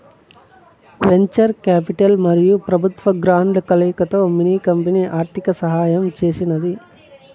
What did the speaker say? venture capital మరియు పెబుత్వ గ్రాంట్ల కలయికతో మిన్ని కంపెనీ ఆర్థిక సహాయం చేసినాది